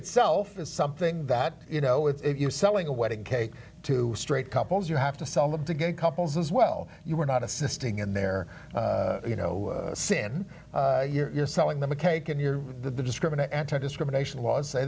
itself is something that you know if you're selling a wedding cake to straight couples you have to sell them to gay couples as well you're not assisting in their you know sin you're selling them a cake and you're the discriminant anti discrimination laws s